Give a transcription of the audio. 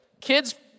Kids